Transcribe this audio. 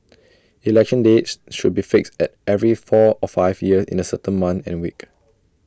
election dates should be fixed at every four or five years in A certain month and week